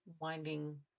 winding